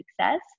success